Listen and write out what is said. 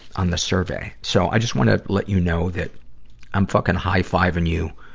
on the survey. so, i just wanna let you know that i'm fucking high-fiving you